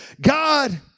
God